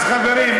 חברים,